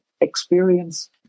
experience